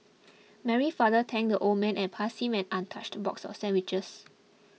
Mary's father thanked the old man and passed him an untouched box of sandwiches